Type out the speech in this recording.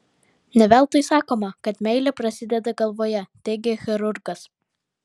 ne veltui sakoma kad meilė prasideda galvoje teigia chirurgas